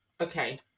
Okay